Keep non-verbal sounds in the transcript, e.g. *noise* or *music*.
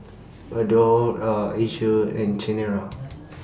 *noise* Adore Air Asia and Chanira